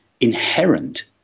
inherent